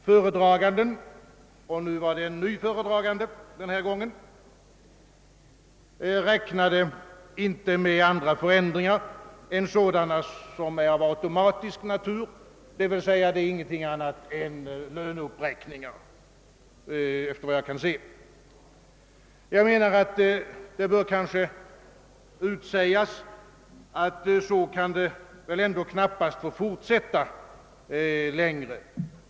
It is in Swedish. Föredraganden — det var en ny föredragande den här gången — räknade inte med andra förändringar än sådana som är av automatisk natur, d.v.s. ingenting annat än löneuppräkningar. Det bör utsägas, att så kan det väl knappast få fortsätta längre.